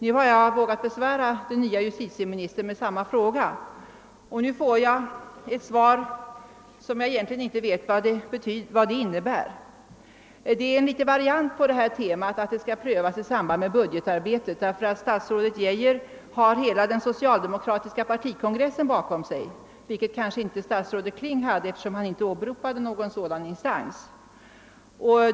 Nu har jag vågat besvära den nye justitieministern med samma fråga och fått ett svar som jag egenligen inte vet vad det innebär. Det är en liten variant på temat att frågan skall prövas i samband med budgetarbetet; statsrådet Geijer har nämligen hela den socialdemokratiska partikongressen bakom sig. Det hade väl inte statsrådet Kling, eftersom han inte åberopade den instansen.